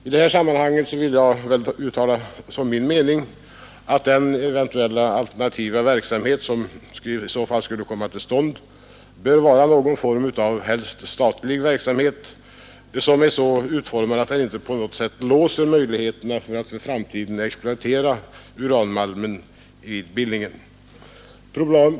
I det här sammanhanget vill jag uttala som min mening att den eventuella alternativa verksamhet som skulle komma till stånd bör vara någon form av helst statlig verksamhet, som är så utformad, att man inte på något sätt låser möjligheterna att för framtiden exploatera uranmalmen i Billingen.